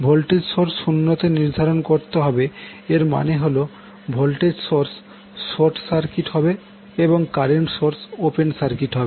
voltage source 0 তে নির্ধারণ করতে হবে এর মানে হল ভোল্টেজ সোর্স শর্ট সার্কিট হবে এবং কারেন্ট সোর্স ওপেন সার্কিট হবে